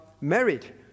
married